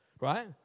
right